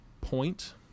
point